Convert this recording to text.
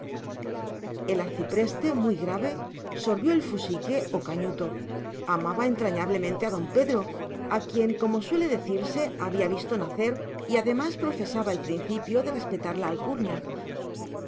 el arcipreste muy grave sorbió el fusique o cañuto amaba entrañablemente a don pedro a quien como suele decirse había visto nacer y además profesaba el principio de respetar la alcurnia